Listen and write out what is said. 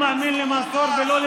למה הוא מאמין למנסור עבאס ולא לכם?